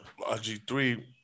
RG3